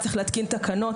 צריך להתקין תקנות,